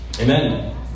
Amen